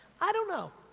i don't know,